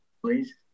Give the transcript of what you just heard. please